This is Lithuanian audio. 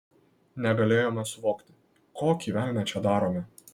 negalėjome suvokti kokį velnią čia darome